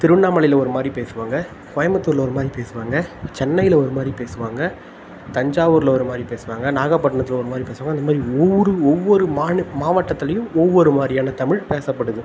திருவண்ணாமலையில் ஒருமாதிரி பேசுவாங்க கோயம்புத்தூரில் ஒருமாதிரி பேசுவாங்க சென்னையில் ஒருமாதிரி பேசுவாங்க தஞ்சாவூரில் ஒருமாதிரி பேசுவாங்க நாகப்பட்டினத்தில் ஒருமாதிரி பேசுவாங்க அந்தமாதிரி ஒவ்வொரு ஒவ்வொரு மாநி மாவட்டத்திலேயும் ஒவ்வொரு மாதிரியான தமிழ் பேசப்படுது